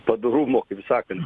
padorumo sakant